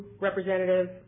representative